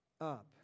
up